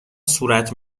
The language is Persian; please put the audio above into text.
صورت